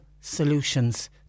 solutions